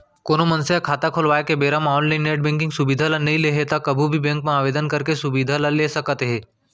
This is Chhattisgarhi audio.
कोनो मनसे ह खाता खोलवाए के बेरा म ऑनलाइन नेट बेंकिंग सुबिधा ल नइ लेहे त कभू भी बेंक म आवेदन करके सुबिधा ल ल सकत हे